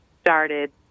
started